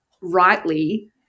rightly